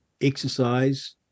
exercise